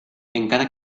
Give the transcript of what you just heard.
encara